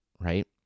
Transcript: right